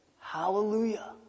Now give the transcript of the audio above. hallelujah